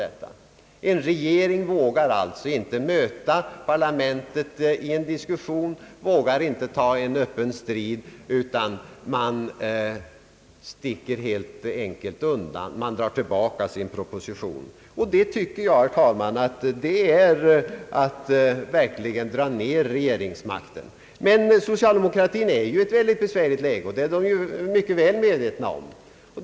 En regering vågar alltså inte möta parlamentet i en diskussion, vågar inte ta en öppen strid utan sticker undan, drar tillbaka sin proposition. Jag tycker, herr talman, att det verkligen är att dra ner regeringsmakten. Men socialdemokraterna är i ett mycket besvärligt läge, och det är de mycket väl medvetna om.